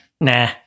Nah